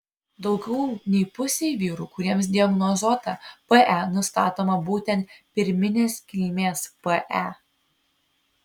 daugiau nei pusei vyrų kuriems diagnozuota pe nustatoma būtent pirminės kilmės pe